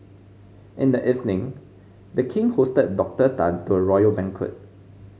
in the evening The King hosted Doctor Tan to a royal banquet